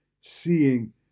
seeing